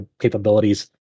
capabilities